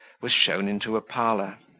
was shown into a parlour.